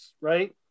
right